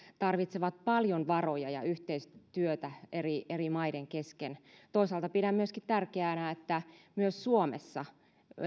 tarvitsevat paljon varoja ja yhteistyötä eri eri maiden kesken toisaalta pidän myöskin tärkeänä että myös suomessa